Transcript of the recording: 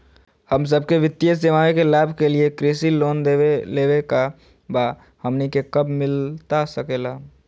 हम सबके वित्तीय सेवाएं के लाभ के लिए कृषि लोन देवे लेवे का बा, हमनी के कब मिलता सके ला?